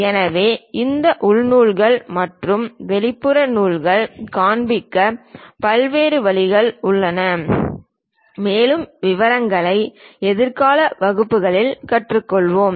எனவே இந்த உள் நூல்கள் மற்றும் வெளிப்புற நூல்களைக் காண்பிக்க பல்வேறு வழிகள் உள்ளன மேலும் விவரங்களை எதிர்கால வகுப்புகளில் நாம் கற்றுக்கொள்வோம்